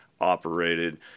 operated